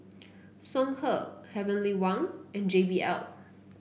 Songhe Heavenly Wang and J B L